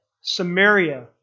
Samaria